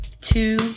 Two